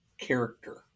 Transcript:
character